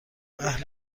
اهل